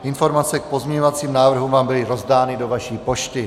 Informace k pozměňovacím návrhům vám byly rozdány do vaší pošty.